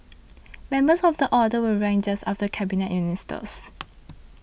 members of the Order were ranked just after Cabinet Ministers